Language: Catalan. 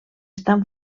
estan